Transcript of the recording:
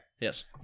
Yes